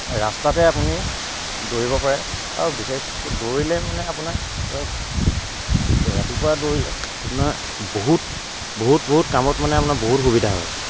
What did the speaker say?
ৰাস্তাতে আপুনি দৌৰিব পাৰে আৰু বিশেষকৈ দৌৰিলে মানে আপোনাৰ ধৰক ৰাতিপুৱা দৌৰিলে আপোনাৰ বহুত বহুত বহুত কামত মানে আপোনাৰ বহুত সুবিধা হয়